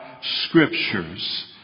scriptures